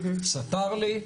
סטר לי,